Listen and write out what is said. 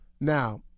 Now